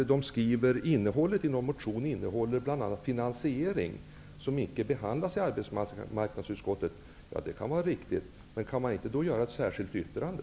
Isa Halvarsson säger att någon motion bl.a. innehåller finansiering, vilket inte behandlas av arbetsmarknadsutskottet. Det kan vara riktigt. Men kan man då inte göra ett särskilt yttrande?